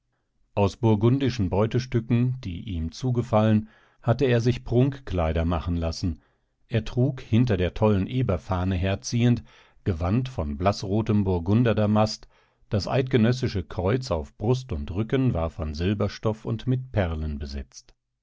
aus burgundischen beutestücken die ihm zugefallen hatte er sich prunkkleider machen lassen er trug hinter der tollen eberfahne herziehend gewand von blaßrotem burgunderdamast das eidgenössische kreuz auf brust und rücken war von silberstoff und mit perlen besetzt